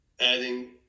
adding